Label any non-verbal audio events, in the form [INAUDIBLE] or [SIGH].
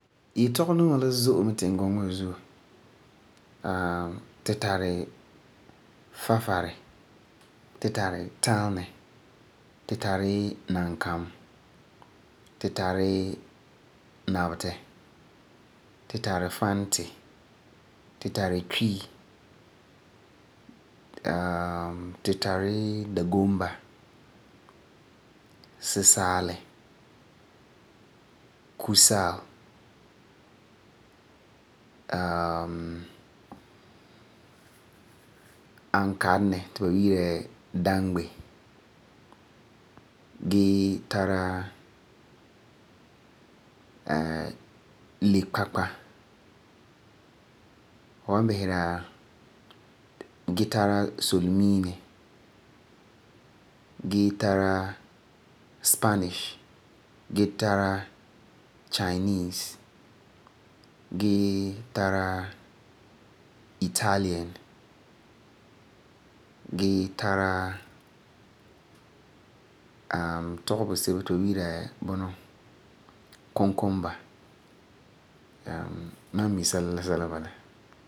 Yetɔgum duma la zo'e mɛ tingɔŋɔ wa zuo. [HESITATION] tu tari Farefari, tu tari Talnɛ, tu tari Nankam, tu tari Nabetɛ, tu tari Fante, tu tari Twi. [HESITATION] tu tari bii Dagomba, Sisaale, Kusaal [HESITATION] Ankarenɛ ti ba yi'ira Dangbe gee tara [HESITATION] Lipkakpa. Fu wan bisera gee tara Solemiine, gee tara Spanese, gee tara Chinese, gee tara Italian, gee tara [HESITATION] tɔgum busebo ti ba yi'ira bu Konkonba. [HESITATION] mam mi se'em bala.